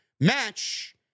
match